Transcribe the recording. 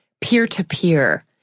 peer-to-peer